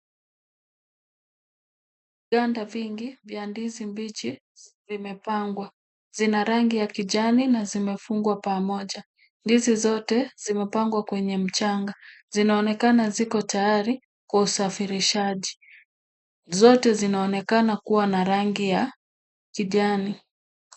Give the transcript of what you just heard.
Vibada vingi vya ndizi mbichi na vimepangwa pamoja. Zina rangi ya kijani na zimefungwa. Ndizi zote zimefungwa kwa mchanga na zinaonekana zikiwa tayari kusafirishwa. Zote zina rangi ya kijani.